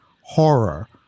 horror